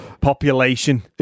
population